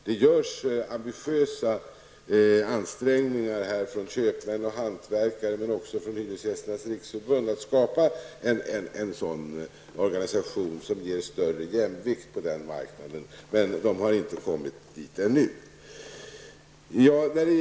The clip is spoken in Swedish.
Det görs här ambitiösa ansträngningar av köpmän och hantverkare men även av Hyresgästernas riksförbund att skapa en organisation som skulle ge större jämvikt på den marknaden. Men ännu har man inte kommit dithän.